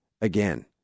again